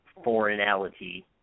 foreignality –